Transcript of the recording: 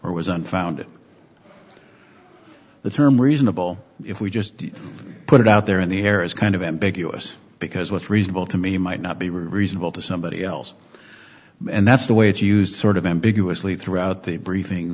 or was unfounded the term reasonable if we just put it out there in the air is kind of ambiguous because what's reasonable to me might not be reasonable to somebody else and that's the way it's used sort of ambiguously throughout the briefing